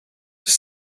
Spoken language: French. ses